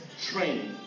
training